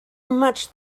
much